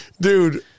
Dude